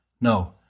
No